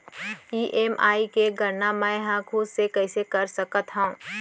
EMI के गड़ना मैं हा खुद से कइसे कर सकत हव?